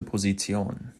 position